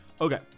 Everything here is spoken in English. Okay